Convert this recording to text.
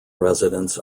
residents